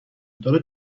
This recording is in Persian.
داره